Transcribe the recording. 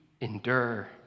endure